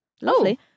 Lovely